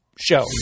show